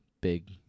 big